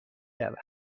رود